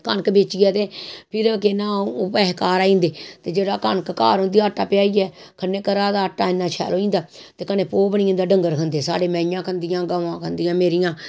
कनक बेचियै ते फिर केह् नां ओह् पैसे घर आई जंदे ते जेह्ड़ी कनक घर आटा प्याहियै खन्ने घरा दा आटा इन्ना शैल होई जंदा ते कन्नै भोह् बनी जंदा डंगर खंदे साढ़ियां मैहिंयां खंदियां गवां खंदियां मेरियां